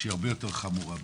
שהיא הרבה יותר חמורה מהם.